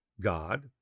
God